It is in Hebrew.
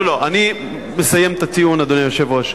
לא, לא, אני מסיים את הטיעון, אדוני היושב-ראש.